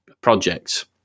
projects